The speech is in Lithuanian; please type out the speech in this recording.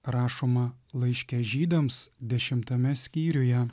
rašoma laiške žydams dešimtame skyriuje